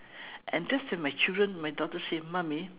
and that's when my children my daughter said mummy